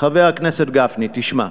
חבר הכנסת גפני, תשמע,